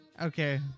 Okay